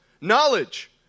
Knowledge